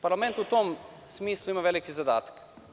Parlament u tom smislu ima veliki zadatak.